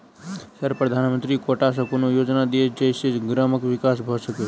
Sir प्रधानमंत्री कोटा सऽ कोनो योजना दिय जै सऽ ग्रामक विकास भऽ सकै?